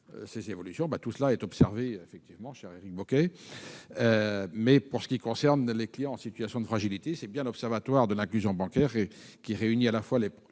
à l'heure. Tout cela est observé effectivement, cher Éric Bocquet, mais, pour ce qui concerne les clients en situation de fragilité, c'est bien l'Observatoire de l'inclusion bancaire, lequel réunit à la fois les